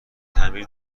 تعمیر